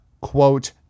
quote